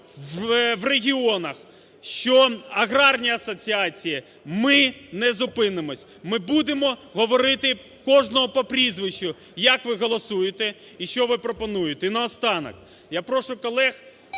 в регіонах, що аграрні асоціації, ми не зупинимося, ми будемо говорити кожного по прізвищу, як ви голосуєте і що ви пропонуєте. І наостанок, я прошу колег